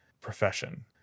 profession